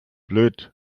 blöd